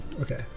Okay